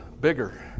bigger